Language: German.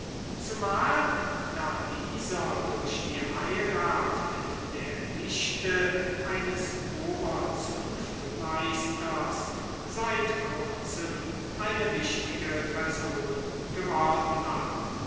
zumal da dieser durch die heirat mit der nichte eines oberzunftmeisters seit kurzem eine wichtige person geworden war